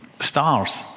stars